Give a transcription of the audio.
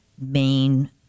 main